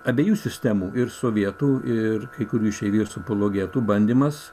abiejų sistemų ir sovietų ir kai kurių išeivijos apologetų bandymas